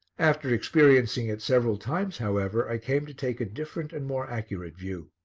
after experiencing it several times, however, i came to take a different and more accurate view.